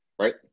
right